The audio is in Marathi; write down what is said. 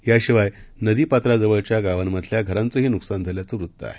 याशिवायनदीपात्राजवळच्यागावांमधल्याघरांचहीनुकसानझाल्याचंवृत्तआहे